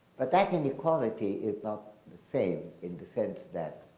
but that inequality is not the same in the sense that,